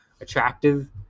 attractive